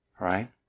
right